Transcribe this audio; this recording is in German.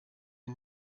die